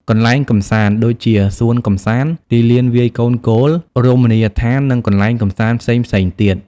កន្លែងកម្សាន្ត ដូចជា សួនកម្សាន្ត ទីលានវាយកូនគោល រមណីយដ្ឋាន និងកន្លែងកម្សាន្តផ្សេងៗទៀត។